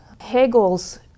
Hegel's